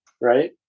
right